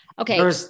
okay